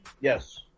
yes